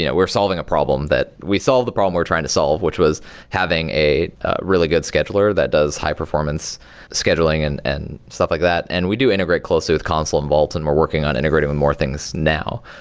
yeah we're solving a problem that we solved the problem we're trying to solve, which was having a really good scheduler that does high-performance scheduling and and stuff like that, and we do integrate closely with console and vault and we're working on integrating more things now.